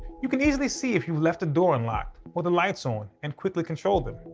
you can easily see if you've left a door unlocked or the lights on and quickly control them.